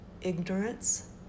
ignorance